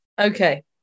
Okay